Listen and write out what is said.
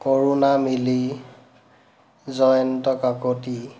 Karuna Mili Jayanta Kakati